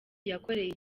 yakoreye